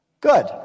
Good